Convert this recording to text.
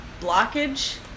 blockage